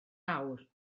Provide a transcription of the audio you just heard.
awr